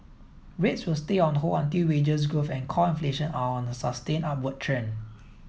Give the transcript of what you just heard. rates will stay on hold until wages growth and core inflation are on a sustained upward trend